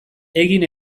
egin